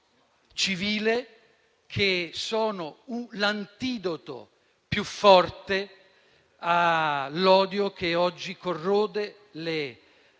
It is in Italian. civile che sono l'antidoto più forte all'odio che oggi corrode le